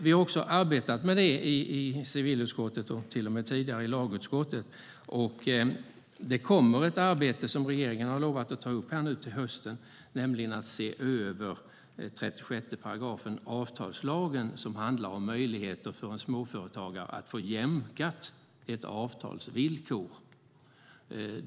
Vi har också arbetat med det i civilutskottet och till och med tidigare i lagutskottet, och det kommer ett arbete som regeringen har lovat att ta upp här nu till hösten, nämligen att se över 36 § avtalslagen som handlar om möjligheter för en småföretagare att få ett avtalsvillkor jämkat.